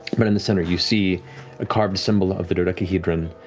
but in the center, you see a carved symbol of the dodecahedron